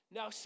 Now